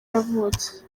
yavutse